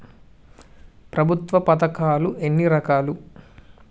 ప్రభుత్వ పథకాలు ఎన్ని రకాలు?